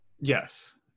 Yes